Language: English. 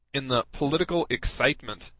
in the political excitement,